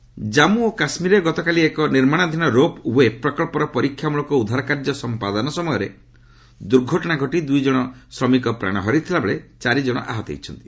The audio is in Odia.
ରୋପ୍ଓଡ଼ ଜାମ୍ମୁ ଓ କାଶ୍ମୀରରେ ଗତକାଲି ଏକ ନିର୍ମାଣାଧୀନ ରୋପ୍ ୱେ ପ୍ରକଳ୍ପର ପରୀକ୍ଷାମ୍ବଳକ ଉଦ୍ଧାର କାର୍ଯ୍ୟ ସମ୍ପାଦନ ସମୟରେ ଦୁର୍ଘଟଣା ଘଟି ଦୁଇ ଜଣ ଶ୍ରମିକ ପ୍ରାଣ ହରାଇଥିବା ବେଳେ ଚାରି ଜଣ ଆହତ ହୋଇଛନ୍ତି